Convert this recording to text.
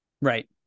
Right